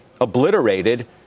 obliterated